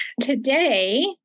Today